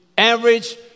Average